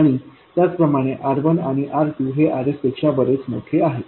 आणि त्याचप्रमाणे R1आणि R2हे RSपेक्षा बरेच मोठे आहेत